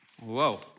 Whoa